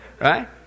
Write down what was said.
Right